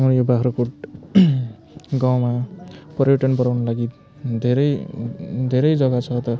म यो बाग्रागोट गाउँमा पर्यटन गराउनको लागि धेरै धेरै जगा छ त